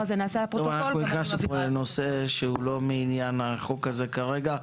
נכנסנו לנושא שהוא לא מעניין החוק הזה כרגע.